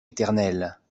éternelle